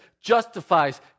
justifies